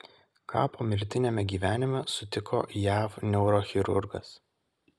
ką pomirtiniame gyvenime sutiko jav neurochirurgas